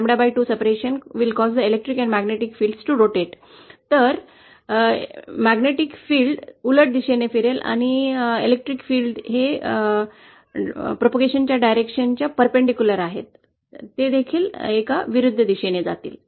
तर चुंबकीय क्षेत्र उलट दिशेने फिरेल आणि विद्युत क्षेत्रे जे प्रसाराच्या दिशेने लंब आहेत ते देखील एका विरुद्ध दिशेने जातील